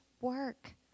work